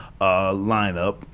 lineup